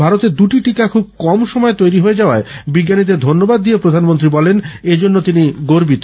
ভারতে দুটি টীকা খুব কম সময় তৈরি হয়ে যাওয়ায় বিজ্ঞানীদের ধন্যবাদ দিয়ে প্রধানমন্ত্রী বলেন এজন্য তিনি গর্বিত